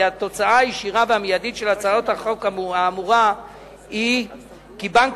התוצאה הישירה והמיידית של הצעת החוק האמורה היא כי בנק